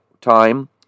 time